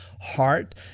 heart